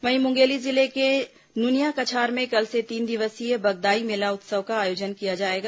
वहीं मुंगेली जिले के नूनियाकछार में कल से तीन दिवसीय बगदाई मेला उत्सव का आयोजन किया जाएगा